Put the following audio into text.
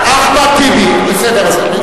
אחמד טיבי, בסדר.